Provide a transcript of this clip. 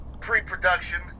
pre-production